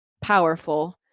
powerful